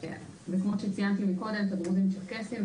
כמו שציינתי מקודם לגבי דרוזים וצ'רקסים,